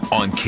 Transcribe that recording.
on